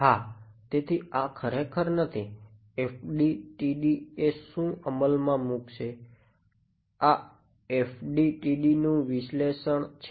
હા તેથી આ ખરેખર નથી FDTD એ શું અમલમાં મૂકશે આ FDTD નું વિશ્લેષણ છે